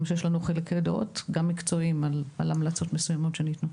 יש לנו חילוקי דעות לגבי המלצות מסוימות שניתנו.